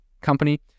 company